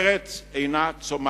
ארץ אינה צומחת,